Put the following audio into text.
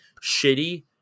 shitty